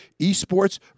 esports